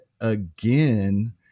again